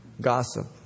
gossip